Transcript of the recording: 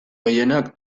gehienak